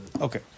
Okay